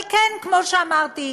אבל כן, כמו שאמרתי,